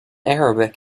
arabic